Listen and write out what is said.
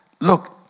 Look